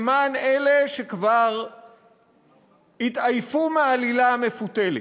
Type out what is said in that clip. למען אלה שכבר התעייפו מהעלילה המפותלת: